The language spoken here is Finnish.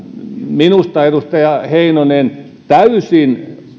minusta edustaja heinonen täysin